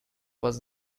was